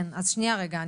אז שנייה רגע,